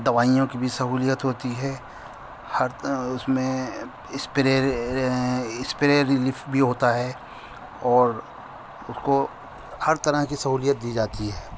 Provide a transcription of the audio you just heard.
دوائیوں کی بھی سہولت ہوتی ہے ہر اس میں اسپرے اسپرے ریلیف بھی ہوتا ہے اور اس کو ہر طرح کی سہولت دی جاتی ہے